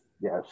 Yes